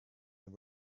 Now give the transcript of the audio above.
they